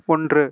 ஒன்று